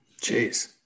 Jeez